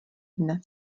dne